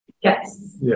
Yes